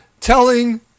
telling